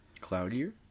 cloudier